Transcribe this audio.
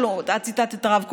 את ציטטת את הרב קוק,